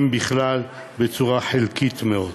אם בכלל, בצורה חלקית מאוד.